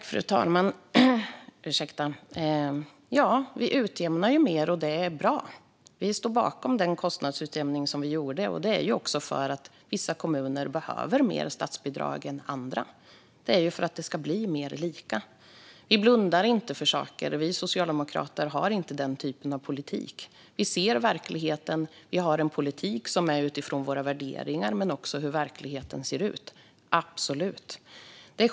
Fru talman! Vi utjämnar mer, och det är bra. Vi står bakom den kostnadsutjämning vi gjorde. Vissa kommuner behöver mer statsbidrag än andra, och det är för att det ska bli mer lika. Vi blundar inte för saker. Vi socialdemokrater för inte den typen av politik. Vi ser verkligheten, och politiken förs utifrån våra värderingar och hur verkligheten ser ut.